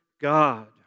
God